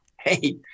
hey